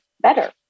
better